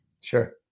Sure